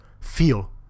feel